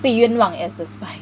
被冤枉 as the spy